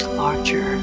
larger